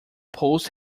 post